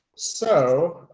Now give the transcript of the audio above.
so,